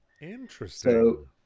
Interesting